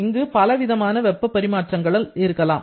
இங்கு பலவிதமான வெப்ப பரிமாற்றங்கள் இருக்கலாம்